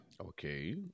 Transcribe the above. Okay